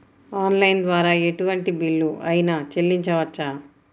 Online ద్వారా ఎటువంటి bill అయినా చెల్లించవచ్చా?